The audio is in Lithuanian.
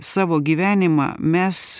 savo gyvenimą mes